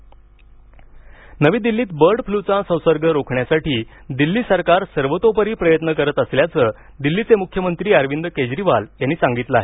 Delhi bird flu नवी दिल्लीत bird फ्लूचा संसर्ग रोखण्यासाठी दिल्ली सरकार सर्वतोपरी प्रयत्न करत असल्याचं दिल्लीचे मुख्यमंत्री अरविंद केजरीवाल यांनी सांगितलं आहे